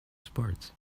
sports